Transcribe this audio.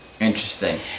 Interesting